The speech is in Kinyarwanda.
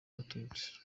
abatutsi